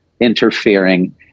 interfering